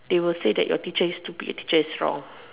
they will say your teacher is stupid your teacher is wrong